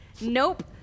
Nope